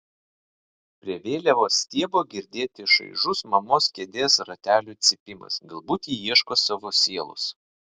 prie vėliavos stiebo girdėti šaižus mamos kėdės ratelių cypimas galbūt ji ieško savo sielos